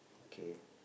K